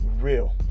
real